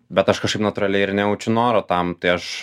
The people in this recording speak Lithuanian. bet aš kažkaip natūraliai ir nejaučiu noro tam tai aš